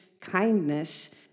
kindness